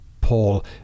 Paul